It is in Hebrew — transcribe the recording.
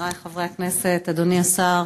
חברי חברי הכנסת, אדוני השר,